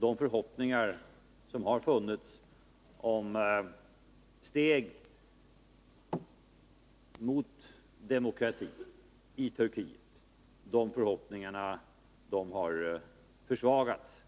De förhoppningar som har funnits om att steg skulle tas i riktning mot större respekt för de mänskliga rättigheterna har försvagats,